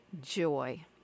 joy